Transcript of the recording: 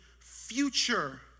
future